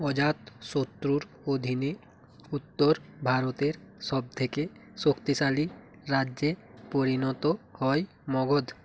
অজাতশত্রুর অধীনে উত্তর ভারতের সবথেকে শক্তিশালী রাজ্যে পরিণত হয় মগধ